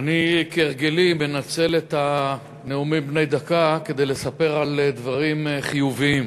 אני כהרגלי מנצל נאומים בני דקה כדי לספר על דברים חיוביים.